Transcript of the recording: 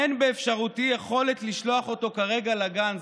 אין באפשרותי לשלוח אותו כרגע לגן,